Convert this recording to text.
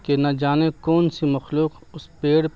کہ نہ جانے کون سی مخلوق اس پیڑ